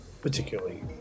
particularly